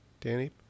Danny